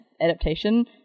adaptation